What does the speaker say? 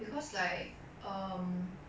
because like um